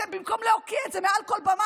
אתם, במקום להוקיע את זה מעל כל במה,